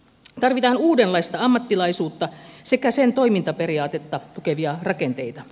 tarvitaan uudenlaista ammattilaisuutta sekä sen toimintaperiaatetta tukevia rakenteita